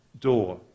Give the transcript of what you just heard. door